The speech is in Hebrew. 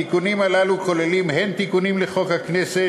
התיקונים הללו כוללים הן תיקונים לחוק הכנסת,